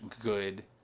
good